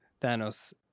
thanos